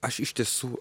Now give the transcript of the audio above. aš iš tiesų